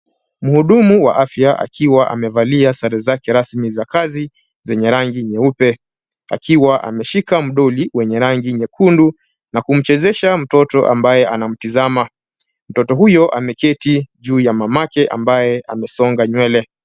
Mhudumu wa afya akiwa amevalia sare zake rasmi za kazi zenye rangi nyeupe akiwa ameshika mdoli wenye rangi nyekundu na kumchezesha mtoto ambaye anatizama. Mtoto huyo ameketi juu ya mamake ambaye amesonga nywele.